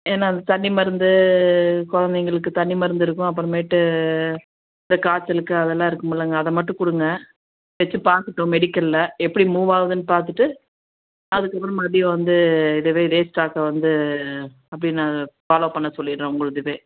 ஏன்னால் அந்த தண்ணி மருந்து குழந்தைங்களுக்கு தண்ணி மருந்து இருக்கும் அப்புறமேட்டு இந்த காய்ச்சலுக்கு அதெல்லாம் இருக்குமில்லங்க அதை மட்டும் கொடுங்க வெச்சு பார்க்கட்டும் மெடிக்கலில் எப்படி மூவ் ஆகுதுன்னு பார்த்துட்டு அதுக்கப்புறம் மறுபடியும் வந்து இதுவே இதே ஸ்டாக்கை வந்து அப்படியே நான் ஃபாலோவ் பண்ண சொல்லிடுறேன் உங்கள் இதுவே